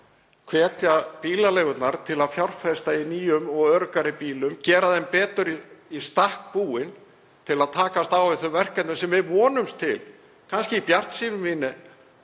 hvetja bílaleigurnar til að fjárfesta í nýjum og öruggari bílum og gera þær betur í stakk búnar til að takast á við þau verkefni sem við vonumst til — kannski er það bjartsýni mín,